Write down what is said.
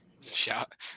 Shout